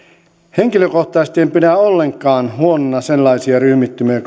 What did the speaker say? henkilökohtaisesti en pidä ollenkaan huonona sellaisia ryhmittymiä